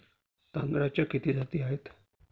तांदळाच्या किती जाती आहेत?